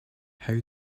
how